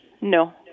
No